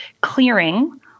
clearing